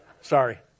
Sorry